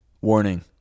Warning